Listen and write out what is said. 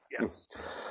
yes